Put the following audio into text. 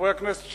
חברי חברי הכנסת,